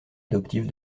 adoptive